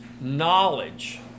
knowledge